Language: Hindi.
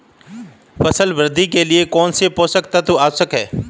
फसल वृद्धि के लिए कौनसे पोषक तत्व आवश्यक हैं?